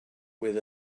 with